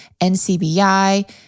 NCBI